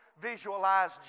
visualize